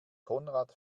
konrad